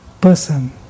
person